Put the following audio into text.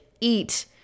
eat